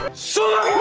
so